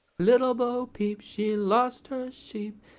little bo peep, she lost her sheep,